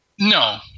No